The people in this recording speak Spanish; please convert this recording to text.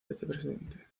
vicepresidente